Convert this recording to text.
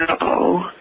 no